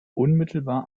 unmittelbar